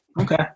okay